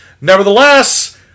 Nevertheless